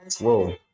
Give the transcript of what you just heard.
Whoa